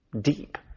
deep